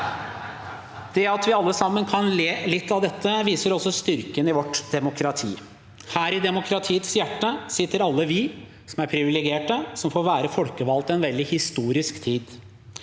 Det at vi alle sammen kan le litt av dette, viser også styrken i vårt demokrati. Her, i demokratiets hjerte, sitter alle vi som er privilegerte, som får være folkevalgte i en veldig historisk tid.